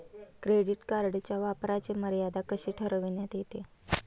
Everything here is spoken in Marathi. क्रेडिट कार्डच्या वापराची मर्यादा कशी ठरविण्यात येते?